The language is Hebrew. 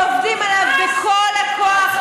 עובדים עליו בכל הכוח,